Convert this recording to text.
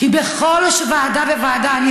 כי בכל ועדה וועדה תאמיני לי.